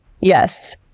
Yes